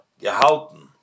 Gehalten